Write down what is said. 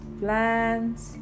plants